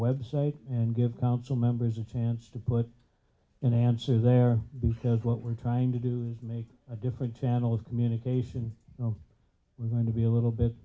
website and give council members a chance to put in answers there because what we're trying to do is make a different channel of communication we're going to be a little bit